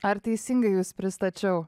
ar teisingai jus pristačiau